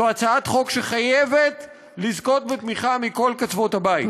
זו הצעת חוק שחייבת לזכות בתמיכה מכל קצוות הבית,